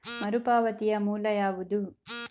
ಮರುಪಾವತಿಯ ಮೂಲ ಯಾವುದು?